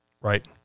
right